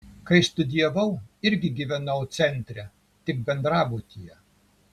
kai studijavau irgi gyvenau centre tik bendrabutyje